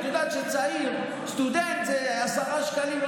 את יודעת שסטודנט זה עשרה שקלים?